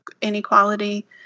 inequality